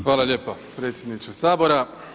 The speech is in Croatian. Hvala lijepa predsjedniče Sabora.